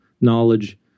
knowledge